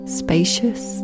spacious